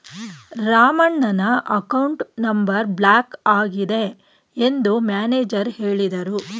ರಾಮಣ್ಣನ account number block ಆಗಿದೆ ಎಂದು manager ಹೇಳಿದರು